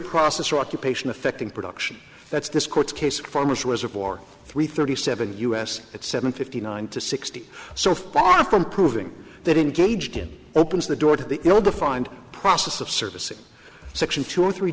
process or occupation affecting production that's this court case farmers reservoir three thirty seven us at seven fifty nine to sixty so far from proving that engaged in opens the door to the you know the find process of services section two or three